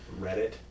Reddit